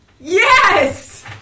Yes